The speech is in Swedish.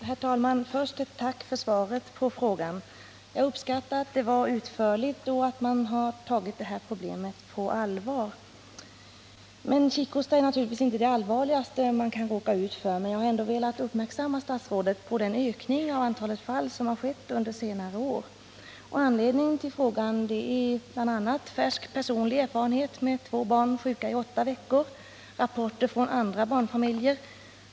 Herr talman! Först ett tack för svaret på frågan. Jag uppskattar att svaret var utförligt och att man har tagit problemet på allvar. Kikhostan är naturligtvis inte det allvarligaste som man kan råka ut för, men jag har velat uppmärksamma statsrådet påökningen av antalet fall under senare år. Anledningen till frågan är bl.a. färsk personlig erfarenhet — två barn sjuka i åtta veckor. Jag har också fått rapporter från andra barnfamiljer.